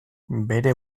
bere